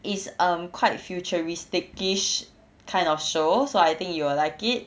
it's um quite futuristicish kind of show so I think you will like it